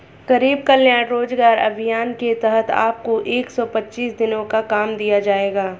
गरीब कल्याण रोजगार अभियान के तहत आपको एक सौ पच्चीस दिनों का काम दिया जाएगा